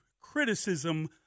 criticism